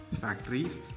factories